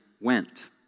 went